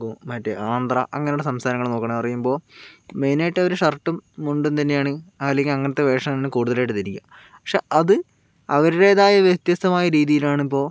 മറ്റ് ആന്ധ്ര അങ്ങനെയുള്ള സംസ്ഥാനങ്ങൾ നോക്കുകയാണ് പറയുമ്പോൾ മെയിനായിട്ട് അവർ ഷർട്ടും മുണ്ടും തന്നെയാണ് അല്ലെങ്കിൽ അങ്ങനത്തെ വേഷമാണ് കൂടുതലായിട്ട് ധരിക്കുക പക്ഷേ അത് അവരുടേതായ വ്യത്യസ്തമായ രീതിയിലാണ് ഇപ്പോൾ